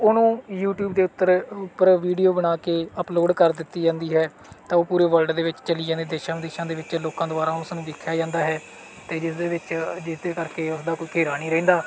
ਉਹਨੂੰ ਯੂਟੀਊਬ ਦੇ ਉੱਤਰ ਉੱਪਰ ਵੀਡੀਓ ਬਣਾ ਕੇ ਅਪਲੋਡ ਕਰ ਦਿੱਤੀ ਜਾਂਦੀ ਹੈ ਤਾਂ ਉਹ ਪੂਰੇ ਵਰਲਡ ਦੇ ਵਿੱਚ ਚੱਲੀ ਜਾਂਦੀ ਦੇਸ਼ਾਂ ਵਿਦੇਸ਼ਾਂ ਦੇ ਵਿੱਚ ਲੋਕਾਂ ਦੁਆਰਾ ਉਸ ਨੂੰ ਦੇਖਿਆ ਜਾਂਦਾ ਹੈ ਅਤੇ ਜਿਸ ਦੇ ਵਿੱਚ ਜਿਸ ਦੇ ਕਰਕੇ ਉਸ ਦਾ ਕੋਈ ਘੇਰਾ ਨਹੀਂ ਰਹਿੰਦਾ